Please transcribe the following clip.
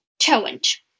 challenge